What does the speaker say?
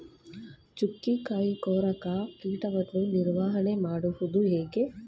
ಚುಕ್ಕಿಕಾಯಿ ಕೊರಕ ಕೀಟವನ್ನು ನಿವಾರಣೆ ಮಾಡುವುದು ಹೇಗೆ?